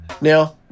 Now